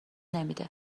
نمیده